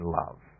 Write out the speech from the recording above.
love